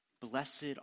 Blessed